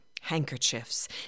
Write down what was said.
Handkerchiefs